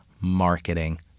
marketing